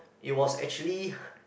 it was actually